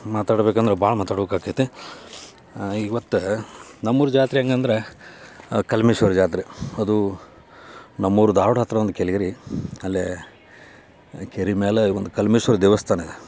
ಮಾತಾಡ್ಬೇಕಂದ್ರೆ ಭಾಳ ಮಾತಾಡಬೇಕಾಕೈತಿ ಇವತ್ತು ನಮ್ಮ ಊರ ಜಾತ್ರೆ ಹೆಂಗ್ ಅಂದ್ರೆ ಕಲ್ಮೇಶ್ವರ ಜಾತ್ರೆ ಅದು ನಮ್ಮ ಊರು ಧಾರ್ವಾಡ ಹತ್ರ ಒಂದು ಕೆಲ್ಗೆರಿ ಅಲ್ಲೇ ಆ ಕೆರೆ ಮೇಲೆ ಒಂದು ಕಲ್ಮೇಶ್ವರ ದೇವಸ್ಥಾನ